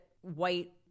white